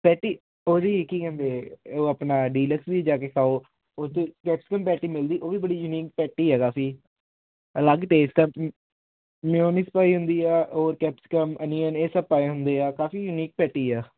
patty ਉਹਦੀ ਕੀ ਕਹਿੰਦੇ ਆਪਣਾ ਡੀਲਕਸ ਵੀ ਜਾ ਕੇ ਖਾਓ ਓਥੇ ਕੈਪਸੀਕਮ ਪੈਟੀ ਮਿਲਦੀ ਉਹ ਵੀ ਬੜੀ ਯੂਨੀਕ ਪੈਟੀ ਹੈਗਾ ਸੀ ਅਲੱਗ ਟੇਸਟ ਆ ਮਿਊਨਿਸਟ ਪਾਈ ਹੁੰਦੀ ਆ ਉਹ ਕੈਪਸਕਮ ਅਨੀਅਨ ਇਹ ਸਭ ਪਾਏ ਹੁੰਦੇ ਆ ਕਾਫੀ ਯੂਨੀਕ ਪੈਟੀ ਆ